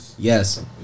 Yes